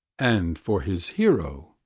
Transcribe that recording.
and for his hero,